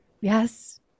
yes